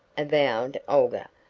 avowed olga.